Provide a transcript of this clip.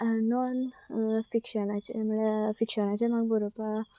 non फिक्शनाचें म्हणल्यार फिक्शनाचे म्हाका बरोवपा